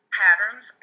patterns